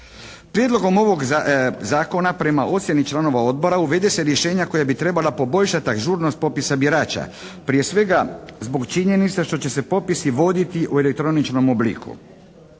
Prijedlogom ovog zakona prema ocjeni članova odbora uvode se rješenja koja bi trebala poboljšati ažurnost popisa birača prije svega zbog činjenica što će se popisi voditi u elektroničkom obliku.